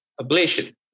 ablation